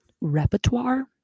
repertoire